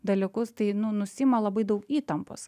dalykus tai nu nusiima labai daug įtampos